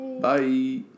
Bye